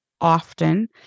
often